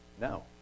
No